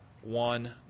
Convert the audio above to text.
one